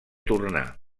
tornar